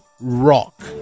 rock